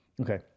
Okay